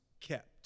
kept